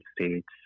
states